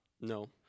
No